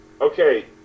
okay